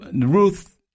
Ruth